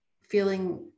feeling